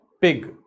pig